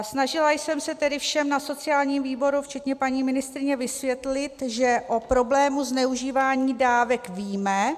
Snažila jsem se tedy všem na sociálním výboru včetně paní ministryně vysvětlit, že o problému zneužívání dávek víme.